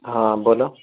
ہاں بولو